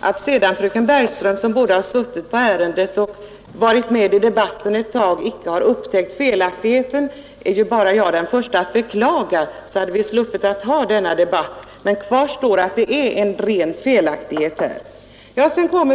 Att sedan fröken Bergström, som både suttit på ärendet och varit med i debatten ett tag, inte har upptäckt felaktigheten är jag den första att beklaga. Hade hon upptäckt den hade vi sluppit föra denna debatt. Kvar står emellertid att det här finns en ren felaktighet.